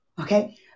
Okay